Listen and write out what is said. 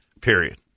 Period